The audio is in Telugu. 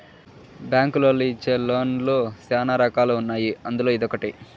బ్యాంకులోళ్ళు ఇచ్చే లోన్ లు శ్యానా రకాలు ఉన్నాయి అందులో ఇదొకటి